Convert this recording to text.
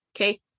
Okay